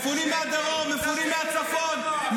מפונים מהצפון,